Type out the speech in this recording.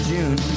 June